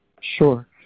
Sure